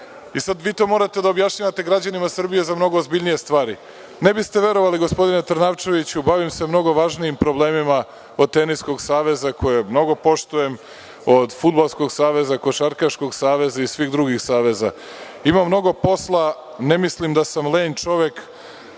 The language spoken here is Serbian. I sad vi to morate da objašnjavate građanima Srbije za mnogo ozbiljnije stvar. Ne biste verovali gospodine Trnavčeviću, bavim se mnogo važnijim problemima od Teniskog saveza koji mnogo poštujem, od Fudbalskog saveza, Košarkaškog saveza i svih drugih saveza. Imam mnogo posla, ne mislim da sam lenj čovek,